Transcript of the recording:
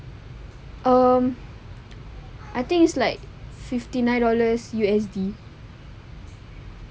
um I think it's like fifty nine dollars U_S_D